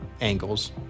angles